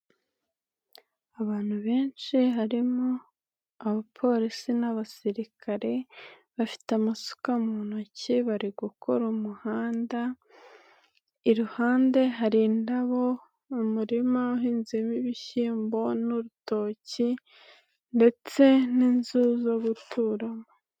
Abantu benshi harimo abapolisi n'abasirikare, bafite amasuka mu ntoki bari gukora umuhanda, iruhande hari indabo mu murima uhinzemo ibishyimbo n'urutoki, ndetse n'inzu zo guturamo.